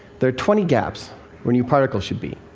there are twenty gaps where new particles should be,